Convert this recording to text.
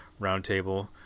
roundtable